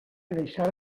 deixar